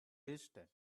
distant